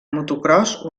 motocròs